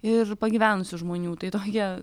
ir pagyvenusių žmonių tai tokia